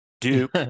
Duke